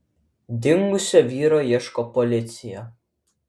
dingusio vyro ieško policija